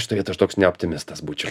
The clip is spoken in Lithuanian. šitoj vietoj aš toks ne optimistas būčiau